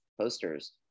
posters